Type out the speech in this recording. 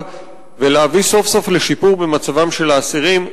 ולהביא סוף-סוף לשיפור במצבם של האסירים.